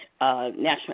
National